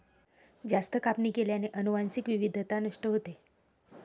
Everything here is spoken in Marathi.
जास्त कापणी केल्याने अनुवांशिक विविधता नष्ट होते